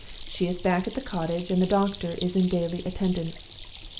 she is back at the cottage, and the doctor is in daily attendance.